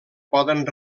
poden